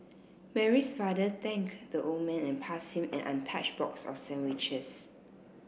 Mary's father thanked the old man and passed him an untouched box of sandwiches